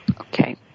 Okay